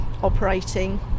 operating